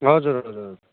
हजुर हजुर